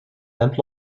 and